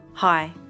Hi